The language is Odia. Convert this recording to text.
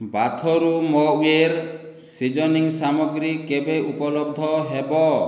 ବାଥରୁମ୍ ୱେର୍ ସିଜନିଂ ସାମଗ୍ରୀ କେବେ ଉପଲବ୍ଧ ହେବ